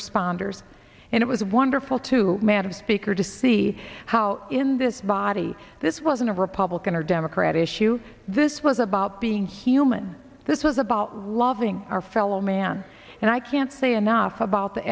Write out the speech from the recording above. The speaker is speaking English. responders and it was wonderful to madam speaker to see how in this body this wasn't a republican or democrat issue this was about being human this was about loving our fellow man and i can't say enough about the